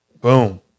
Boom